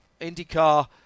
IndyCar